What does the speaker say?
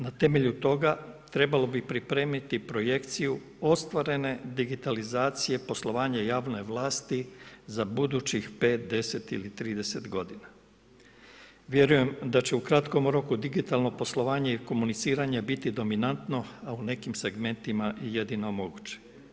Na temelju toga trebalo bi pripremiti projekciju ostvarene digitalizacije poslovanja javne vlasti za budućih 5, 10 ili 30. g. Vjerujem da će u kratkom roku digitalno poslovanje i komuniciranje biti dominantno a u nekim segmentima i jedino moguće.